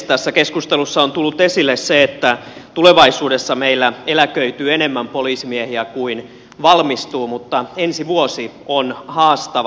tässä keskustelussa on tullut esille se että tulevaisuudessa meillä eläköityy enemmän poliisimiehiä kuin valmistuu mutta ensi vuosi on haastava